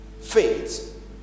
faith